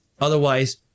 Otherwise-